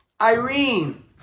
Irene